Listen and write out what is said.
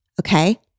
Okay